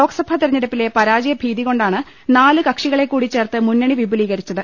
ലോക്സഭാ തെരഞ്ഞെടുപ്പിലെ പരാജയഭീതി കൊണ്ടാണ് നാല് കക്ഷികളെ കൂടി ചേർത്ത് മുന്നണി വിപുലീകരിച്ചത്